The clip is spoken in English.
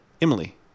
Emily